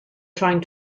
trying